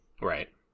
right